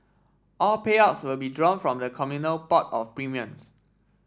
all payouts will be drawn from the communal pot of premiums